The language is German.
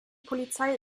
polizei